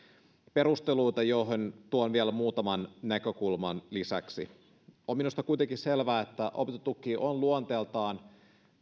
perusteluita joihin tuon vielä muutaman näkökulman lisäksi minusta on kuitenkin selvää että opintotuki on luonteeltaan